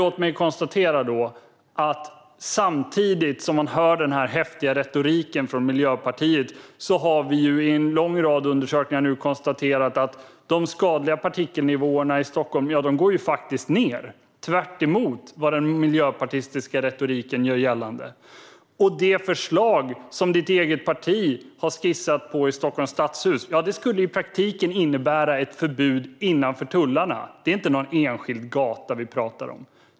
Låt mig konstatera att samtidigt som man hör den häftiga retoriken från Miljöpartiet har vi av en lång rad undersökningar konstaterat att de skadliga partikelnivåerna i Stockholm går ned. Det är tvärtemot vad den miljöpartistiska retoriken gör gällande. Det förslag som ditt eget parti har skissat på i Stockholms stadshus skulle i praktiken innebära ett förbud innanför tullarna. Det är inte någon enskild gata vi talar om.